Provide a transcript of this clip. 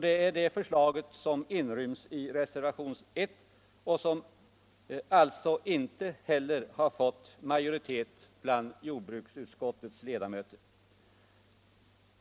Det är det förslaget som inryms i reservation I och som alltså inte heller har fått majoritet bland jordbruksutskottets ledamöter.